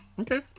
Okay